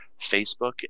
Facebook